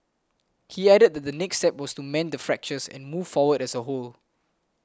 he added that the next step was to mend the fractures and move forward as a whole